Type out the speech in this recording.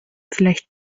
vielleicht